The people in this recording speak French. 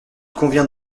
convient